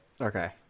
okay